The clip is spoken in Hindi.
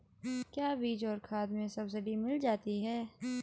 क्या बीज और खाद में सब्सिडी मिल जाती है?